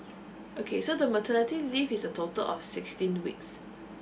okay so the maternity leave is a total of sixteen weeks